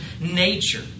nature